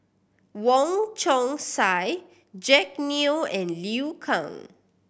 Wong Chong Sai Jack Neo and Liu Kang